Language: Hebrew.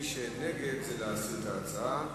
נגד זה להסיר את ההצעה.